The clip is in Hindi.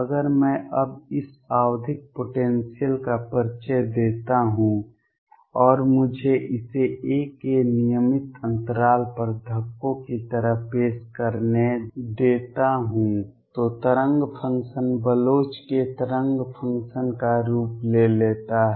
अगर मैं अब इस आवधिक पोटेंसियल का परिचय देता हूं और मुझे इसे a के नियमित अंतराल पर धक्कों की तरह पेश करने देता हूं तो तरंग फ़ंक्शन बलोच के तरंग फ़ंक्शन का रूप ले लेता है